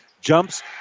Jumps